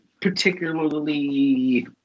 particularly